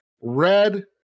Red